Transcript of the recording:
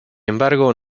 embargo